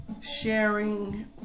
sharing